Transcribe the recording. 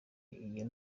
iyo